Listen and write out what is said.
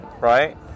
right